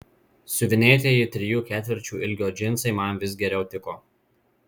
siuvinėtieji trijų ketvirčių ilgio džinsai man vis geriau tiko